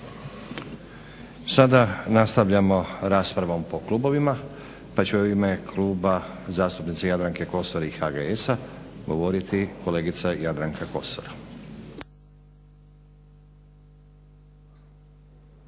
Sada nastavljamo raspravom po klubovima pa ću u ime kluba zastupnice Jadranke Kosor i HGS-a govoriti kolegica Jadranka Kosor.